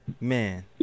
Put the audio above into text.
Man